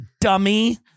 dummy